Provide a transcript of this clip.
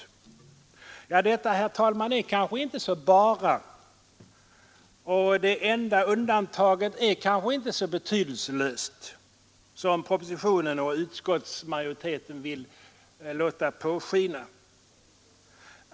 Detta, herr talman, är kanske inte så ”bara”. Det ”enda undantaget” är kanske inte så betydelselöst som propositionen och utskottsmajoriteten vill låta påskina.